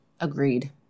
Agreed